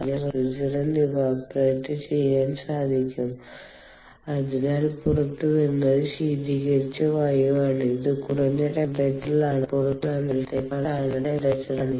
അതിനാൽ റഫ്രിജറന്റിന് ഇവപറേറ്റ് ചെയൻ സാധിക്കും അതിനാൽ പുറത്തുവരുന്നത് ശീതീകരിച്ച വായുവാണ് ഇത് കുറഞ്ഞ ടെമ്പറേച്ചറിൽ ആണ് പുറത്തുള്ള അന്തരീക്ഷത്തേക്കാൾ താഴ്ന്ന ടെമ്പറേച്ചറിൽ ആണ്